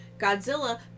Godzilla